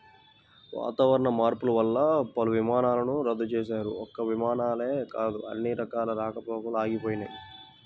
వాతావరణ మార్పులు వల్ల పలు విమానాలను రద్దు చేశారు, ఒక్క విమానాలే కాదు అన్ని రకాల రాకపోకలూ ఆగిపోయినయ్